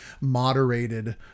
moderated